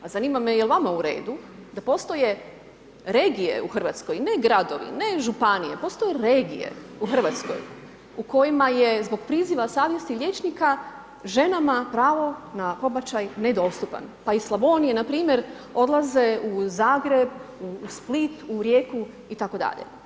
A zanima me je li vama u redu da postoje regije u Hrvatskoj, ne gradovi, ne županije, postoje regije u Hrvatskoj u kojima je zbog priziva savjesti liječnika ženama pravo na pobačaj nedostupan, pa iz Slavonije npr. odlaze u Zagreb, u Split, u Rijeku itd.